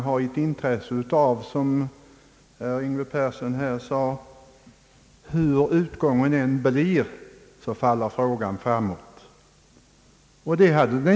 Herr Yngve Persson sade att hur utgången än blir så faller frågan framåt. Jag kan också ha ett intresse därav.